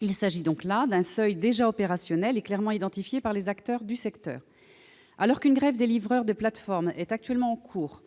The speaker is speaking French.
Il s'agit donc d'un seuil déjà opérationnel et clairement identifié par les acteurs du secteur. Alors qu'une grève des livreurs des plateformes est en cours,